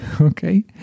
okay